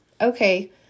okay